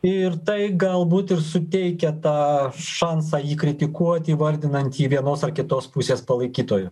ir tai galbūt ir suteikia tą šansą jį kritikuoti įvardinant jį vienos ar kitos pusės palaikytoju